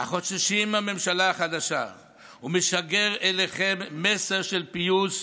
החוששים מהממשלה החדשה ומשגר אליכם מסר של פיוס,